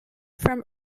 from